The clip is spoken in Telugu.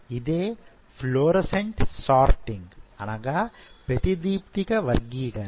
ఇదే ఫ్లోరోసెంట్ సార్టింగ్ అనగా ప్రతిదీప్టిక వర్గీకరణ